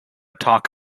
talk